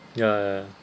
ya ya